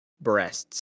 breasts